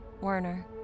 Werner